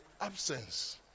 absence